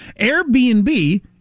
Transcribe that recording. Airbnb